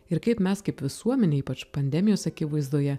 ir kaip mes kaip visuomenė ypač pandemijos akivaizdoje